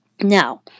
Now